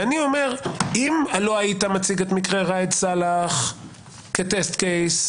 ואני אומר: אם לא היית מציג את מקרה ראאד סלאח כמקרה בוחן,